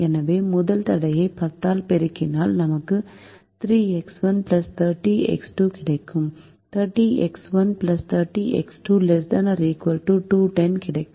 எனவே முதல் தடையை 10 ஆல் பெருக்கினால் நமக்கு 30X1 30X2 கிடைக்கும் 30X1 30X2 ≤ 210 கிடைக்கும்